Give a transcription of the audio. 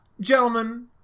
gentlemen